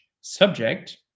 subject